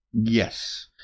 Yes